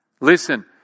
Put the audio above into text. Listen